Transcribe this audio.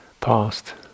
past